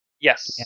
Yes